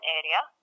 area